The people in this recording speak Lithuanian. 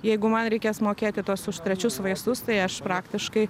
jeigu man reikės mokėti tuos už trečius vaistus tai aš praktiškai